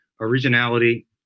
originality